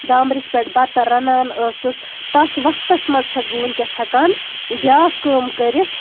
دامبرِس پٮ۪ٹھ بَتہٕ رَنان ٲسٕس تَتھ وقَس منٛز چھَس بہٕ ؤنکیٚس ہیٚکان بیاکھ کٲم کٔرِتھ